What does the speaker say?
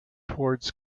towards